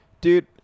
dude